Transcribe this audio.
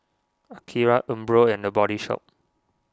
Akira Umbro and the Body Shop